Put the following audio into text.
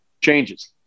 changes